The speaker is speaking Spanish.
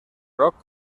rock